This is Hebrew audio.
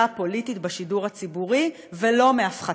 הפוליטית בשידור הציבורי ולא מהפחתתה.